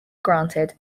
granted